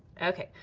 okay.